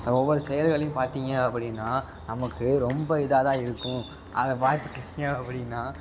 ஒவ்வொரு செயல்களையும் பார்த்தீங்க அப்படின்னா நமக்கு ரொம்ப இதாக தான் இருக்கும் அதை பார்த்துக்கிட்டீங்க அப்படின்னா